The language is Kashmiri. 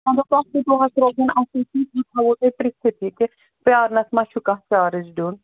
مطلب تۄہہِ چھُو دۄہَس روزُن اَسی سۭتۍ بہٕ تھاہو تۄہہِ پرٕٛژھِتھ کہِ پرٛارنَس ما چھُ کانٛہہ چارٕج دیُن